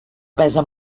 pesa